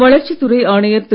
வளர்ச்சித் துறை ஆணையர் திரு